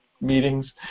meetings